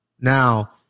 Now